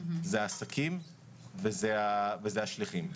העסקים והשליחים.